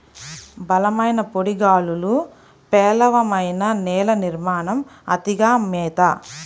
బలమైన పొడి గాలులు, పేలవమైన నేల నిర్మాణం, అతిగా మేత